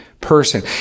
person